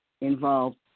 involved